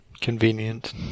Convenient